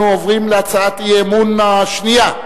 אנחנו עוברים להצעת האי-אמון השנייה,